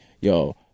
yo